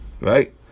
Right